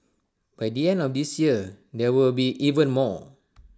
by the end of this year there will be even more